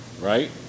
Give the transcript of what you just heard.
right